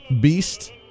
beast